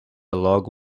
logo